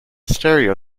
stereo